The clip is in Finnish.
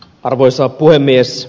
arvoisa puhemies